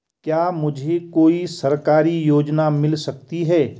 क्या मुझे कोई सरकारी योजना मिल सकती है?